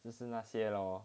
就是那些 lor